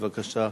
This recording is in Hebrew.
בבקשה.